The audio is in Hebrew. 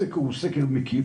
הסקר הוא סקר מקיף,